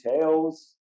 tails